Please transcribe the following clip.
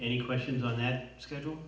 any questions on that schedule